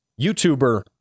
YouTuber